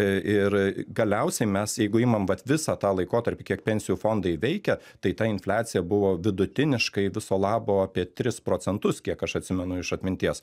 ir galiausiai mes jeigu imam vat visą tą laikotarpį kiek pensijų fondai veikia tai ta infliacija buvo vidutiniškai viso labo apie tris procentus kiek aš atsimenu iš atminties